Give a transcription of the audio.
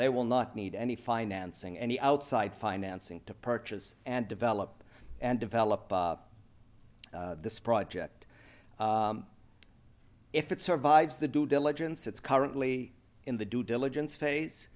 they will not need any financing any outside financing to purchase and develop and develop this project if it survives the due diligence that's currently in the due diligence phase